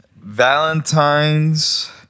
valentine's